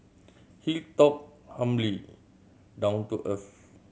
he talked humbly down to earth